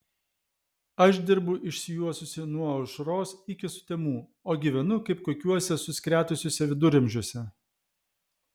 aš dirbu išsijuosusi nuo aušros iki sutemų o gyvenu kaip kokiuose suskretusiuose viduramžiuose